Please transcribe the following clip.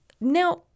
now